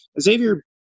Xavier